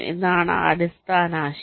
ഇതാണ് അടിസ്ഥാന ആശയം